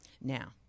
Now